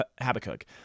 Habakkuk